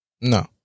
No